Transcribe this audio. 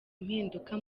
impinduka